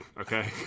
okay